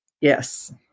Yes